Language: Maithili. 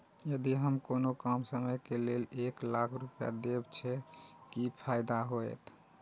यदि हम कोनो कम समय के लेल एक लाख रुपए देब छै कि फायदा होयत?